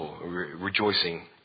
rejoicing